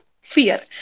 fear